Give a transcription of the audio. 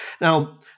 Now